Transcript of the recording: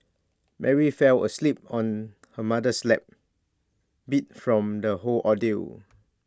Mary fell asleep on her mother's lap beat from the whole ordeal